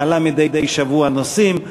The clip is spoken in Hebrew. מעלה מדי שבוע נושאים,